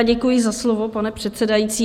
Děkuji za slovo, pane předsedající.